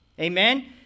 Amen